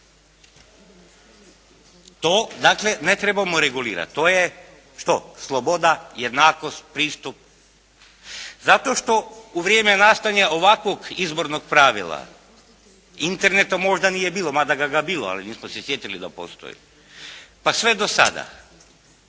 To dakle ne trebamo regulirati, to je što, sloboda, jednakost, pristup zato što u vrijeme nastajanja ovakvog izbornog pravila interneta možda nije bilo, mada ga je bilo ali nismo se sjetili da postoji pa sve do sada.